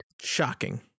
Shocking